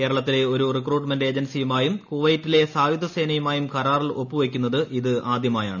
കേരളത്തിലെ ഒരു റിക്രൂട്ട്മെന്റ് ഏജൻസിയുമായി കുവൈറ്റിലെ സായുധസേന കരാറിൽ ഒപ്പുവയ്ക്കുന്നത് ഇത് ആദ്യമായാണ്